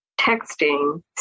texting